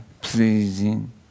pleasing